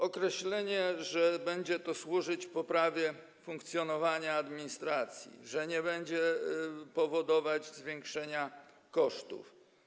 Określa się, że będzie to służyć poprawie funkcjonowania administracji i nie będzie powodować zwiększenia kosztów.